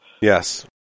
yes